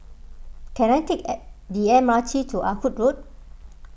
can I take a the M R T to Ah Hood Road